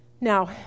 Now